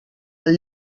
del